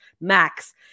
max